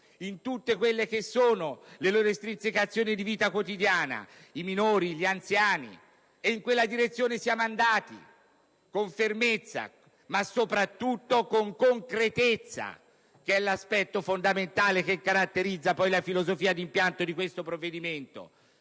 in tutte le loro estrinsecazioni di vita quotidiana (come i minori e gli anziani). In quella direzione noi siamo andati con fermezza ma, soprattutto, con concretezza (che è l'aspetto fondamentale che caratterizza la filosofia di impianto di questo provvedimento).